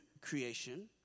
creation